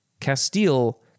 Castile